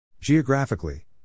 Geographically